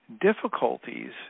difficulties